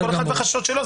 כל אחד והחששות שלו.